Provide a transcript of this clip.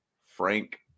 Frank